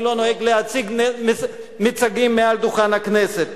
אני לא נוהג להציג מיצגים מעל דוכן הכנסת.